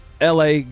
la